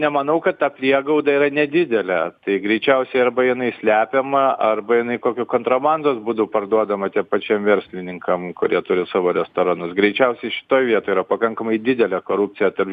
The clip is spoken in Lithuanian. nemanau kad ta priegauda yra nedidelė tai greičiausiai arba jinai slepiama arba jinai kokiu kontrabandos būdu parduodama tiem pačiem verslininkam kurie turi savo restoranus greičiausiai šitoj vietoj yra pakankamai didelė korupcija tarp